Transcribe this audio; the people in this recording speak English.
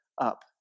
up